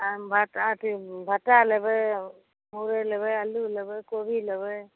भाटा लेबै मुरइ लेबै आलू लेबै कोबी लेबै